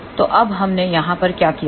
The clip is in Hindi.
तो अब हमने यहाँ पर क्या किया है